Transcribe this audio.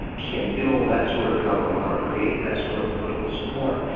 can build that sort of government or create that sort of political support.